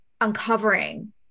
uncovering